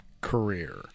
career